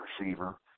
receiver